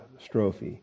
strophe